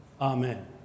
Amen